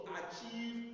achieve